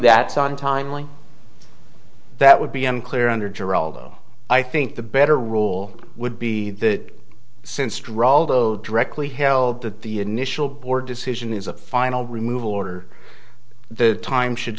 that's on timely that would be unclear under geraldo i think the better rule would be that since drawled zero directly held that the initial board decision is a final removal order the time should